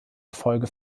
erfolge